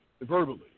verbally